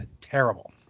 terrible